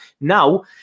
Now